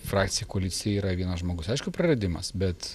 frakcijai koalicijai yra vienas žmogus aišku praradimas bet